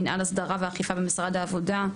מינהל הסדרה ואכיפה במשרד העבודה.